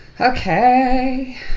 Okay